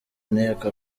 nteko